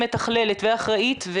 מתכללת ואחראית.